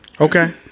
Okay